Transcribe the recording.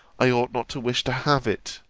i ought not to wish to have it.